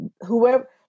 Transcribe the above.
whoever